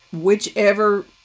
whichever